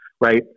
right